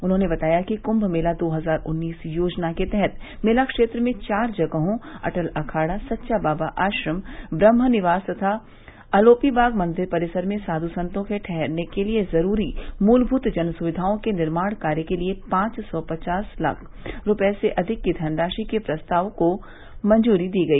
उन्होंने बताया कि कृंम मेला दो हजार उन्नीस योजना के तहत मेला क्षेत्र में चार जगहों अटल अखाड़ा सच्चा बाबा आश्रम ब्रहम निवास तथा अलोपीबाग मंदिर परिसर में साध्र संतों के ठहरने के लिए जरूरी मूलभूत जनसुविधाओं के निर्माण कार्य के लिए पांच सौ पचास लाख रूपये से अधिक की धनराशि के प्रस्ताव को मंजूरी दी गई